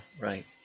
right